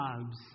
jobs